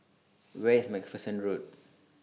Where IS MacPherson Road